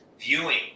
viewing